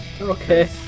Okay